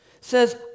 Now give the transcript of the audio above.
says